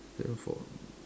and for